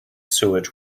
sewage